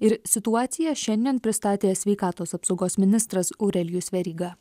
ir situaciją šiandien pristatė sveikatos apsaugos ministras aurelijus veryga